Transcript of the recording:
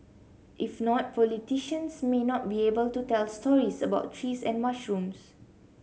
if not politicians may not be able to tell stories about trees and mushrooms